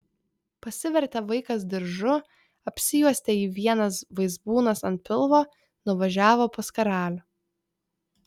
pasivertė vaikas diržu apsijuosė jį vienas vaizbūnas ant pilvo nuvažiavo pas karalių